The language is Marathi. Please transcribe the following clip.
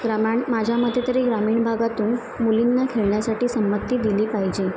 ग्रामाण माझ्या मते तरी ग्रामीण भागातून मुलींना खेळण्यासाठी संमती दिली पाहिजे